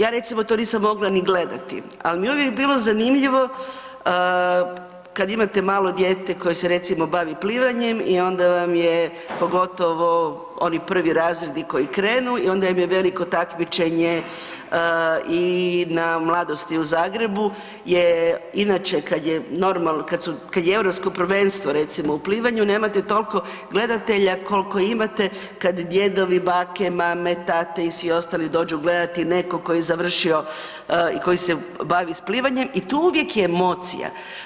Ja recimo to nisam mogla ni gledati, ali mi je uvijek bilo zanimljivo kad imate malo dijete koje se recimo bavi plivanjem i onda vam je pogotovo oni prvi razredi koji krenu i onda im je veliko takmičenje i na Mladosti u Zagrebu je inače kad je normalno, kad je Europsko prvenstvo recimo u plivanju, ne ma toliko gledatelja koliko imate kad djedovi, bake, mame, tate i svi ostali dođu gledati nekog ko je završi i koji se bavi s plivanjem i tu uvijek je emocija.